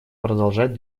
продолжать